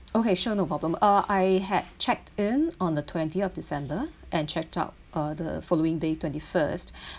okay sure no problem uh I had checked in on the twentieth december and checked out uh the following day twenty first